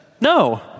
No